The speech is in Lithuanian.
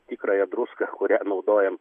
tikrąją druską kurią naudojam